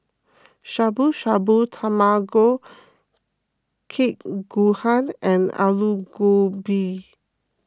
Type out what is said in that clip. Shabu Shabu Tamag Kake Gohan and Alu Gobi